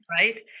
right